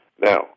Now